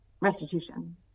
restitution